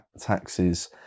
taxes